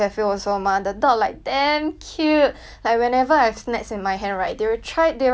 like whenever I've snacks in my hand right they will try they will keep on approaching me like to get the snacks